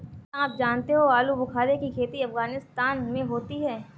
क्या आप जानते हो आलूबुखारे की खेती अफगानिस्तान में होती है